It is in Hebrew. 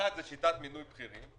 האחד הוא שיטת מינוי בכירים,